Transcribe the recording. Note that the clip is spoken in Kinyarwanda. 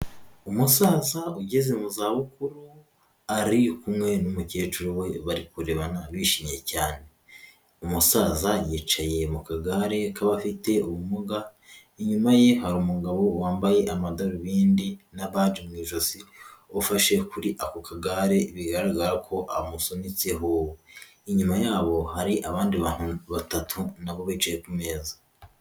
Umusaza ugeze mu za bukuru ari kumwe n'umukecuru we bari kurebana bishimye cyane, umusaza yicaye mu kagare k'abafite ubumuga inyuma ye hari umugabo wambaye amadarubindi, na ba baje mu ijosi ufashe kuri ako kagare bigaragara ko amusunikiyeho, inyuma yabo hari abandi bantu batatu nabo bicaye ku meza.